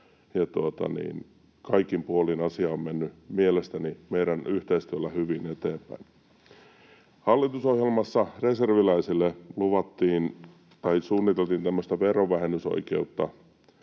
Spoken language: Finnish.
Kaikin puolin asia on mennyt mielestäni meidän yhteistyöllämme hyvin eteenpäin. Hallitusohjelmassa reserviläiselle suunniteltiin tämmöistä verovähennysoikeutta